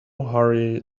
hurry